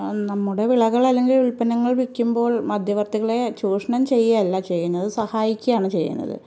നമ്മുടെ വിളകൾ അല്ലെങ്കിൽ ഉൽപ്പന്നങ്ങൾ വിൽക്കുമ്പോൾ മദ്ധ്യവർത്തികളെ ചൂഷണം ചെയ്യുകയല്ല ചെയ്യുന്നത് സഹായിക്കുകയാണ് ചെയ്യുന്നത്